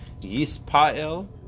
Yispael